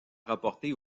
rapporté